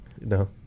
No